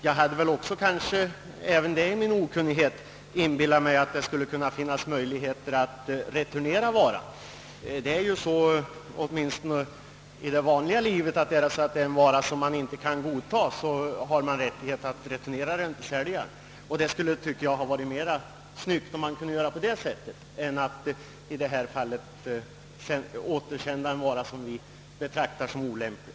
Jag hade — även det i min okunnighet — inbillat mig att det skulle finnas möjlighet att returnera varan. Det är ju så åtminstone i det vanliga livet, att om man inte godtar en vara som man köpt har man rättighet att returnera den till säljaren. Jag tycker att det hade varit mera snyggt om man kunnat göra på det sättet än att i dessa fall reexportera en vara som vi betraktar som olämplig.